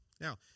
Now